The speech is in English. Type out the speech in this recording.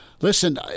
Listen